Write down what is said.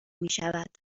میشود